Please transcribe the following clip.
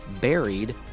buried